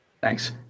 Thanks